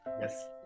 Yes